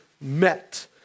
met